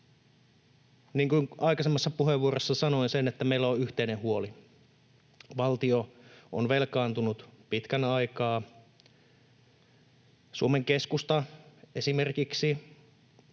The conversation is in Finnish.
Niin kuin aikaisemmassa puheenvuorossani sanoin, meillä on yhteinen huoli. Valtio on velkaantunut pitkän aikaa. Suomen keskusta esimerkiksi